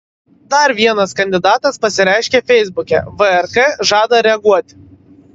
dar vienas kandidatas pasireiškė feisbuke vrk žada reaguoti